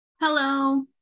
Hello